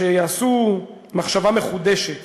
אם יעשו מחשבה מחודשת